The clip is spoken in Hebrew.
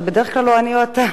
זה בדרך כלל או אני או אתה,